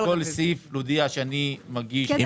סעיף אני מבקש רוויזיה.